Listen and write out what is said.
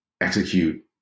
execute